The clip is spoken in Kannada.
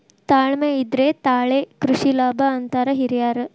ತಾಳ್ಮೆ ಇದ್ರೆ ತಾಳೆ ಕೃಷಿ ಲಾಭ ಅಂತಾರ ಹಿರ್ಯಾರ್